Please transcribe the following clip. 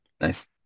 Nice